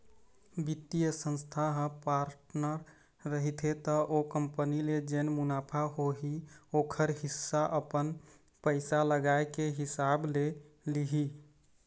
बित्तीय संस्था ह पार्टनर रहिथे त ओ कंपनी ले जेन मुनाफा होही ओखर हिस्सा अपन पइसा लगाए के हिसाब ले लिही